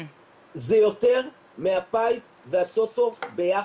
זה יותר מהפיס והטוטו ביחד.